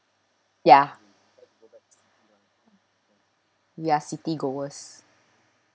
ya we are city goers